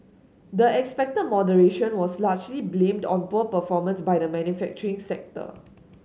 the expected moderation was largely blamed on poor performance by the manufacturing sector